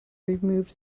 removed